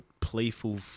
playful